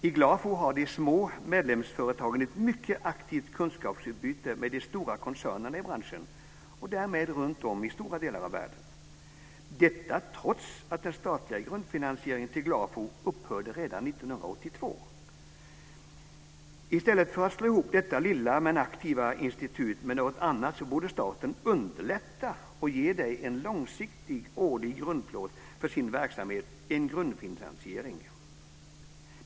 I GLAFO har de små medlemsföretagen ett mycket aktivt kunskapsutbyte med de stora koncernerna i branschen och därmed runtom i stora delar av världen, detta trots att den statliga grundfinansieringen till GLAFO upphörde redan 1982. I stället för att slå ihop detta lilla men aktiva forskningsinstitut med något annat borde staten ge det en långsiktig årlig grundplåt för dess verksamhet, en grundfinansiering.